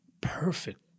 perfect